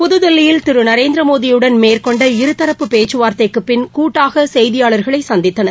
புதுதில்லியில் திரு நரேந்திரமோடியுடன் மேற்கொண்ட இருதரப்பு பேச்சுவார்த்தைக்குப் பின் கூட்டாக செய்தியாளர்களை சந்தித்தனர்